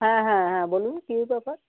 হ্যাঁ হ্যাঁ হ্যাঁ বলুন কী ব্যাপার